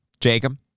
Jacob